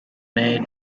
made